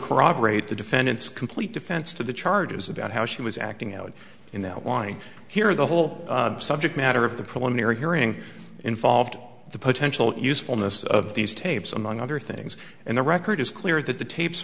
corroborate the defendant's complete defense to the charges about how she was acting out in the wind here the whole subject matter of the preliminary hearing involved the potential usefulness of these tapes among other things and the record is clear that the tapes